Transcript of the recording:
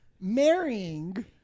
marrying